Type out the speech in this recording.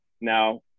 now